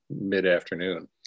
mid-afternoon